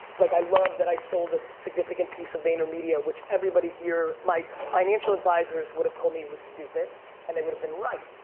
like i love that i sold a significant piece of vaynermedia which everybody here, my financial advisors would've told me it was stupid and they would've been right.